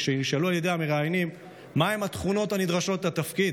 כשנשאלו על ידי המראיינים מהן התכונות הנדרשות לתפקיד,